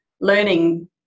learning